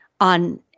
on